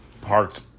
parked